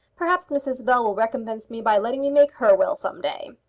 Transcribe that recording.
perhaps miss isabel will recompense me by letting me make her will some day.